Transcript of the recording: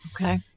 Okay